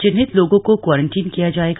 चिह्नित लोगों को क्वारंटाइन किया जाएगा